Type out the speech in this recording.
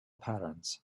patterns